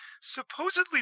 supposedly